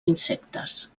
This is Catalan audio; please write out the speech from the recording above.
insectes